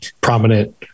prominent